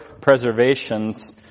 preservations